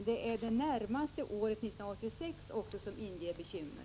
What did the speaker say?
Det är det närmaste året, 1986, som inger bekymmer.